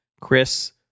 Chris